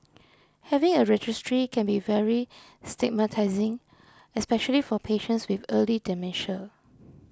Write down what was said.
having a registry can be very stigmatising especially for patients with early dementia